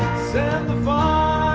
send the fire